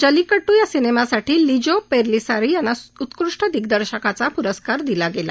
जल्लीकट्टू या सिनेमासाठी लिजो पेलिसार्री यांना उत्कृष्ट दिग्दर्शकाचा प्रस्कार दिला गेला